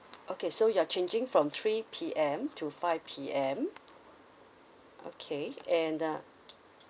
okay so you're changing from three P_M to five P_M okay and uh